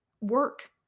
work